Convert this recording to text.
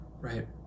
Right